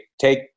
take